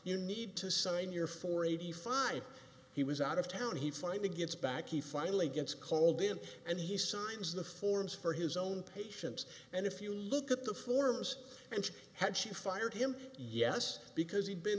you need to sign your four eighty five he was out of town he finally gets back he finally gets called in and he signs the forms for his own patients and if you look at the forms and had she fired him yes because he'd been